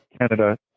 Canada